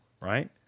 right